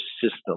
system